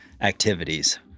activities